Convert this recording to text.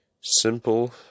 simple